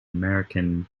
american